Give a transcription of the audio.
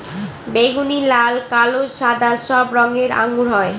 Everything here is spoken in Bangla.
বেগুনি, লাল, কালো, সাদা সব রঙের আঙ্গুর হয়